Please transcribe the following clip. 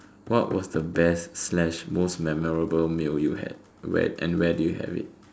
what was the best slash most memorable meal you had when and where did you have it